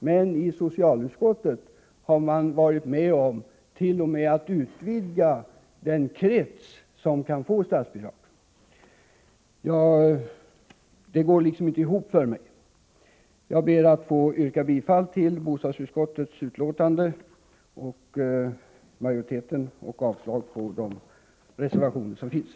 Men i socialutskottet har moderaterna varit med om att t.o.m. utvidga den krets som kan få statsbidrag. Detta går inte ihop. Jag ber att få yrka bifall till hemställan från bostadsutskottets majoritet och avslag på de reservationer som finns.